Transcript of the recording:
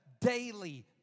daily